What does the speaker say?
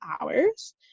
hours